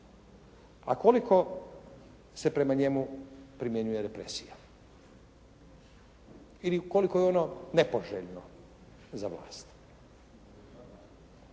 a koliko se prema njemu primjenjuje represija, ili ukoliko je ono nepoželjno za vlast.